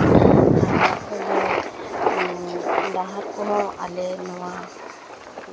ᱰᱟᱦᱟᱨ ᱠᱚᱦᱚᱸ ᱟᱞᱮ ᱱᱚᱣᱟ